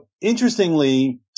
interestingly